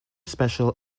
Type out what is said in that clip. special